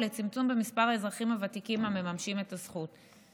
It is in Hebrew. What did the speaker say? לצמצום במספר האזרחים הוותיקים המממשים את הזכות.